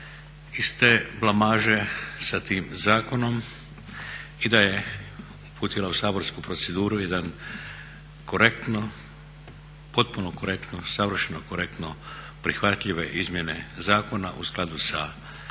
iz te blamaže sa tim zakonom i da je uputila u saborsku proceduru jedan korektno, potpuno korektno, savršeno korektno prihvatljive izmjene zakona u skladu sa